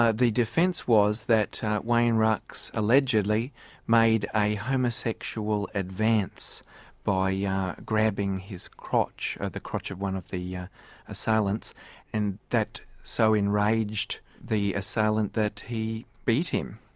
ah the defence was that wayne ruks allegedly made a homosexual advance by yeah grabbing his crotch, the crotch of one of the yeah assailants and that so enraged the assailant that he beat him.